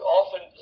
often